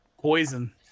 Poison